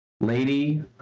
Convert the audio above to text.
lady